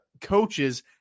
coaches